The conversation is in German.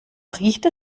riecht